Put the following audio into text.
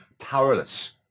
powerless